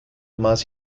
más